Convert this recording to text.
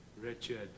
Richard